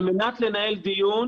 על מנת לנהל דיון,